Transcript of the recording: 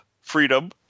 Freedom